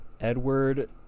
Edward